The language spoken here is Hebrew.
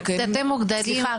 אתם מחוברים לאפליקציה של מד"א?